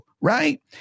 right